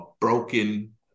broken